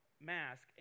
mask